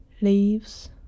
Leaves